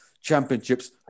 Championships